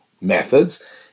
methods